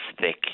thick